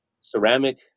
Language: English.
ceramic